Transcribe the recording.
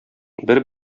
бер